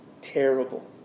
terrible